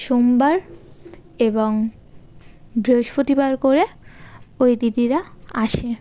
সোমবার এবং বৃহস্পতিবার করে ওই দিদিরা আসে